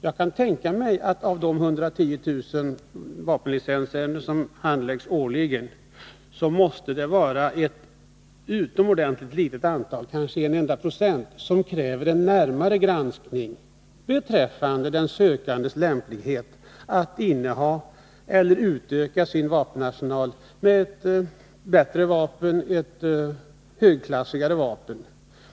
Av de 110 000 vapenlicensärenden som handläggs årligen måste det vara ett utomordentligt litet antal — kanske en enda procent — som kräver en närmare granskning beträffande den sökandes lämplighet att inneha vapen eller utöka sin vapenarsenal med ett bättre eller mer högklassigt vapen.